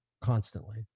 constantly